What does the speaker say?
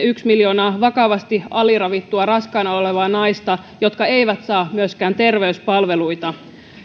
yksi miljoonaa vakavasti aliravittua raskaana olevaa naista jotka eivät saa myöskään terveyspalveluita